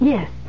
Yes